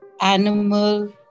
animal